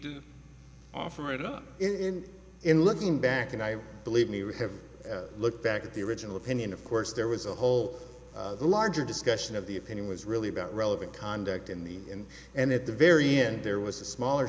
to offer it up in in looking back i believe me we have a look back at the original opinion of course there was a whole larger discussion of the if any was really about relevant conduct in the end and at the very end there was a smaller